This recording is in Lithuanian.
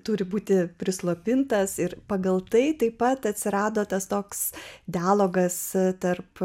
turi būti prislopintas ir pagal tai taip pat atsirado tas toks dialogas tarp